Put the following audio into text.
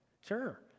Sure